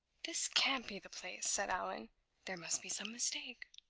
this can't be the place, said allan there must be some mistake.